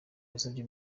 yasabye